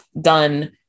done